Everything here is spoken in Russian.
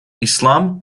ислам